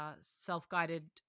self-guided